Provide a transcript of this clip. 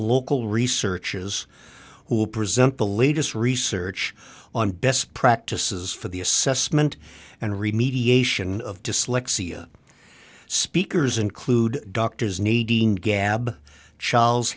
local researches who will present the latest research on best practices for the assessment and re mediation of dyslexia speakers include doctors needing gab sch